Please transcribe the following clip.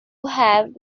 have